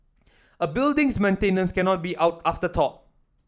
a building's maintenance cannot be afterthought